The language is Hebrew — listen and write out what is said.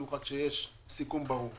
במיוחד כשיש סיכום ברור.